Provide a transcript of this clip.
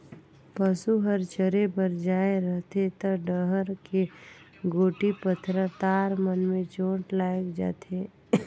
पसू हर चरे बर जाये रहथे त डहर के गोटी, पथरा, तार मन में चोट लायग जाथे